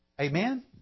Amen